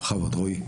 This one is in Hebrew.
בכבוד, רועי.